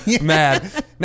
mad